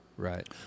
Right